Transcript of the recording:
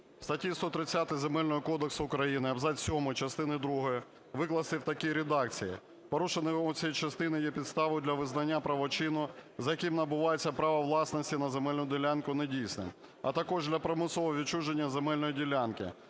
статті 130 Земельного кодексу України абзац сьомий частини другої викласти в такій редакції: "Порушення вимог цієї частини є підставою для визнання правочину, за яким набувається право власності на земельну ділянку, недійсним, а також для примусового відчуження земельної ділянки.